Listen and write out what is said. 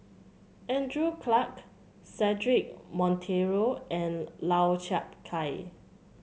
Andrew Clarke Cedric Monteiro and Lau Chiap Khai